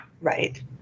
right